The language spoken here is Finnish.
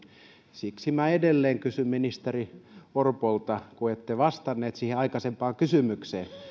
siksi minä edelleen kysyn ministeri orpolta kun ette vastannut siihen aikaisempaan kysymykseen